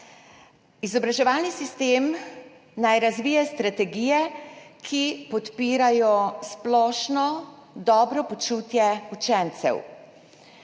Izobraževalni sistem naj razvija strategije, ki podpirajo splošno dobro počutje učencev.